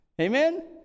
Amen